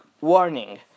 warning